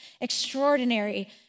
extraordinary